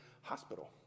hospital